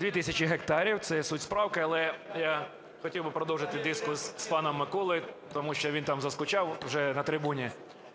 "2000 гектарів". Це є суть правки. Але я хотів би продовжити дискус з паном Миколою, тому що він там заскучав вже на трибуні.